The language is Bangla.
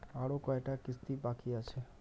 আরো কয়টা কিস্তি বাকি আছে?